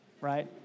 right